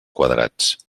quadrats